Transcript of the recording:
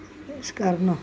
ਇਸ ਕਾਰਨ